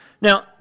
Now